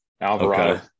Alvarado